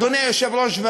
אדוני היושב-ראש,